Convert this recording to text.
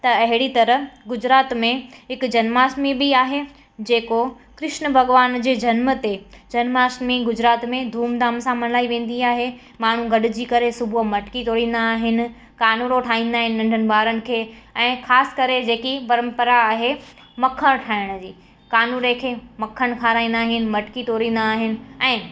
त अहिड़ी तरह गुजरात में हिकु जन्माष्टमी बि आहे जेको कृष्न भॻवान जे जनम ते जन्माष्टमी गुजरात में धूम धाम सां मल्हाई वेंदी आहे माण्हू गॾिजी करे सुबुह मटिकी तोड़ींदा आहिनि कानूड़ो ठाहींदा आहिनि नंढनि ॿारनि खे ऐं ख़ासि करे जेकी परम्परा आहे मखणु खाइण जी कानूड़े खे मखणु खाराईंदा आहिनि मटिकी तोड़ींदा आहिनि ऐं